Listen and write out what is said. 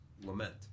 lament